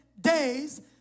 days